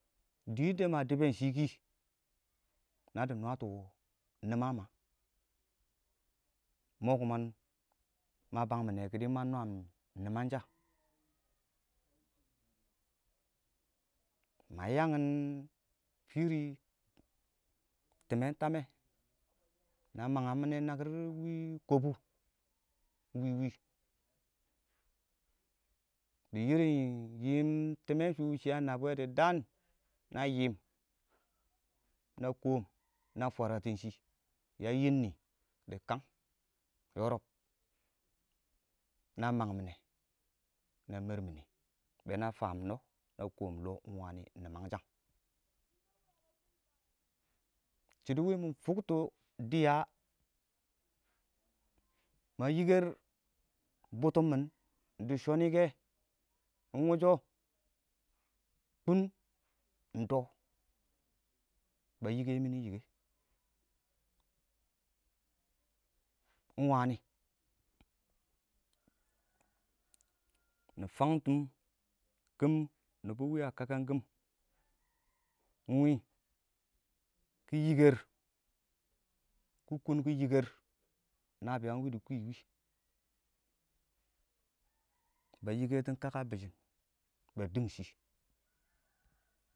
dɪɪn ma diben shɪ kɪ na dɪ nwətɔ nima ma mʊ ma bangmine kiɪdɪ ma nwaam nimangsha ma yangin fɪrɪ timmen ta mme na mangang mɪne nakɪr wɪɪn wɪwɪ dɪ yiim tɪmmɛ shʊ wɔ shɪ a nabbʊ wɛ dɪ daan na yiim na kɔɔm na fwarantin shɪ ya yib nɪ dɪ kkang yɔrɔb na mangmine na mɛɛr mini bɛɛ na faam lɔ na kɔɔm lɔ ingwani nimangshang shɪdo wimi fʊkts dɪya ma yikər bʊts mɪn dɪ shonike ingwʊshɔ kʊn ingdo ba yikəyi mini yika ingwani nɪ fangkim kɪm yamba wɪɪn a kakan kɪm wɪɪn kɪ yikaər kɪ kʊn kɪ yikər nabiyang wɪɪn dɪ kwiwi wɪɪn ba yika5tin kaka bɪshɪn ba dɪn shɪ